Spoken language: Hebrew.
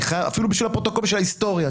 אפילו בשביל ההיסטוריה,